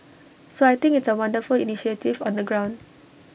so I think it's A wonderful initiative on the ground